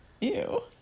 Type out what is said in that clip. Ew